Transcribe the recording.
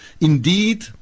Indeed